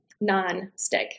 non-stick